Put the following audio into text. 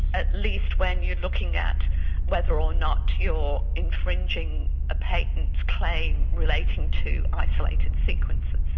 at least when you're looking at whether or not you're infringing a patent claim relating to isolated sequences.